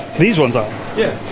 these ones are yeah,